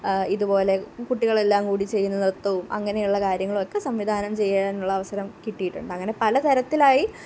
ഇതുപോലെ കുട്ടികളെല്ലാം കൂടി ചെയ്യുന്ന നൃത്തവും അങ്ങനെയുള്ള കാര്യങ്ങളൊക്കെ സംവിധാനം ചെയ്യാനുള്ള അവസരം കിട്ടിയിട്ടുണ്ട് അങ്ങനെ പലതരത്തിലായി